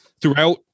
throughout